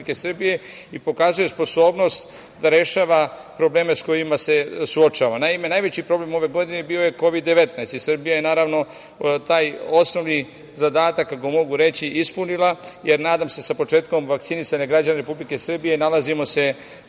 i pokazuju sposobnost da rešava probleme sa kojima se suočava. Najveći problem ove godine bio je Kovid-19 i Srbija je naravno taj osnovni zadatak, ako mogu reći, ispunila, jer nadam se sa početkom vakcinisanja građana Republike Srbije nalazimo se